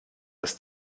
das